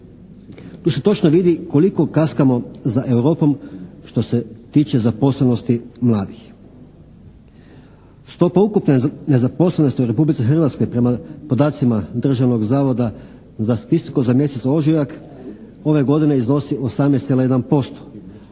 Tu se točno vidi koliko kaskamo za Europom, što se tiče zaposlenosti mladih. Stopa ukupne nezaposlenosti u Republici Hrvatskoj prema podacima Državnog zavoda za statistiku za mjesec ožujak ove godine iznosi 18,1%,